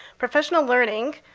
professional learning.